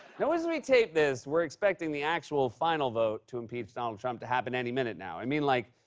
now as we tape this, we're expecting the actual final vote to impeach donald trump to happen any minute now. i mean, like,